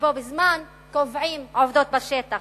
ובו בזמן קובעים עובדות בשטח.